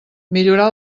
millorar